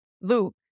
Luke